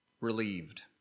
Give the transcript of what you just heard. relieved